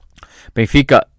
Benfica